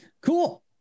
Cool